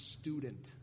student